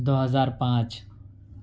دو ہزار پانچ